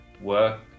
work